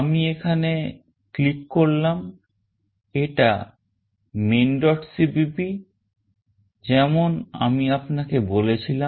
আমি এখানে click করলাম এটা maincpp যেমন আমি আপনাকে বলেছিলাম